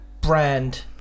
brand